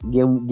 Game